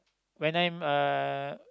when I'm a